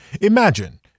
Imagine